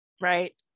right